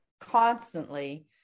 constantly